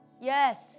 Yes